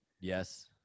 Yes